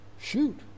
shoot